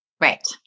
Right